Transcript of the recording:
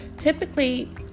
typically